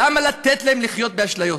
למה לתת להם לחיות באשליות?